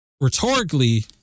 rhetorically